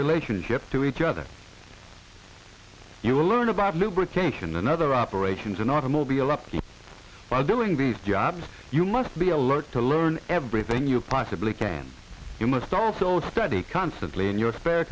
relationship to each other you will learn about lubrication another operations an automobile up by doing these jobs you must be alert to learn everything you possibly can you must also study constantly in your spare